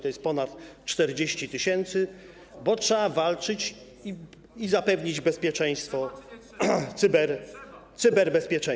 to jest ponad 40 tys., bo trzeba walczyć i zapewnić bezpieczeństwo, cyberbezpieczeństwo.